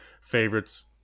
favorites